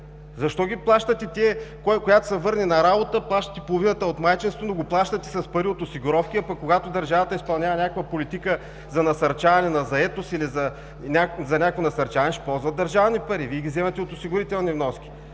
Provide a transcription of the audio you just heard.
Защо ги плащате – кой, когато се върне на работа, плащате половината от майчинството, но го плащате с пари от осигуровки, а пък когато държавата изпълнява някаква политика за насърчаване на заетост или за някакво насърчаване, ще ползват държавни пари? Вие ги вземате от осигурителни вноски.